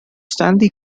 stanley